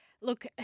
look